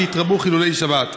ויתרבו חילולי השבת.